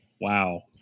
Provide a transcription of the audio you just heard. Wow